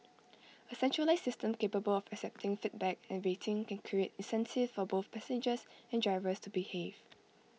A centralised system capable of accepting feedback and rating can create incentives for both passengers and drivers to behave